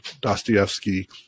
Dostoevsky